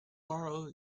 borrow